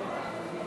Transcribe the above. אדוני